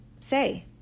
say